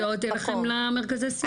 כמה מגיעות אליכן למרכזי סיוע?